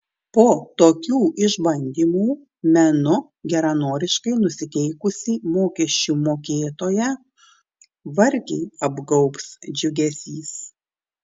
po tokių išbandymų menu geranoriškai nusiteikusį mokesčių mokėtoją vargiai apgaubs džiugesys